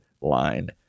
line